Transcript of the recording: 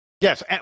Yes